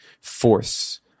force